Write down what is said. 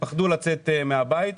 שפחדו לצאת מהבית.